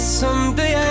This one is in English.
someday